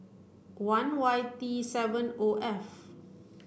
one Y T seven O F